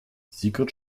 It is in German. sigrid